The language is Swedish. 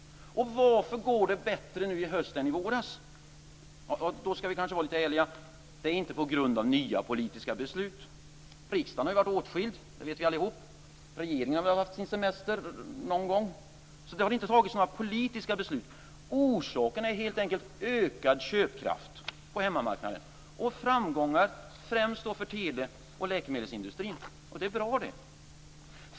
Varför går det bättre nu i höst än i våras? Då ska vi kanske vara lite ärliga. Det är inte på grund av nya politiska beslut. Riksdagen har varit åtskild, det vet vi allihopa. Regeringen har haft sin semester. Det har inte fattats några politiska beslut. Orsakerna är helt enkelt ökad köpkraft på hemmamarknaden och framgångar, främst för tele och läkemedelsindustrin. Det är bra.